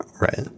Right